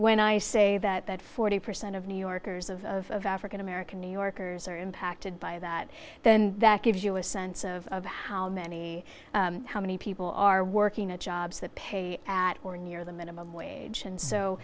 when i say that that forty percent of new yorkers of african american new yorkers are impacted by that then that gives you a sense of of how many how many people are working at jobs that pay at or near the minimum wage and so